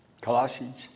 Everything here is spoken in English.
Colossians